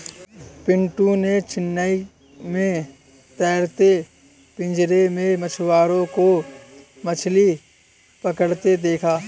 पिंटू ने चेन्नई में तैरते पिंजरे में मछुआरों को मछली पकड़ते देखा